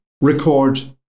record